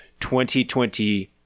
2020